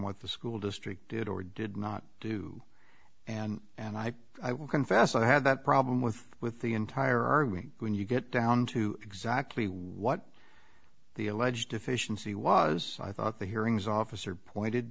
what the school district did or did not do and i confess i have that problem with with the entire room when you get down to exactly what the alleged deficiency was i thought the hearings officer pointed